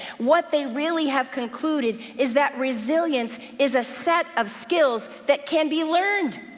what they really have concluded is that resilience is a set of skills that can be learned.